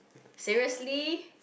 seriously